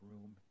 room